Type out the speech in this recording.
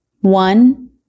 One